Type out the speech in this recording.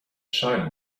shine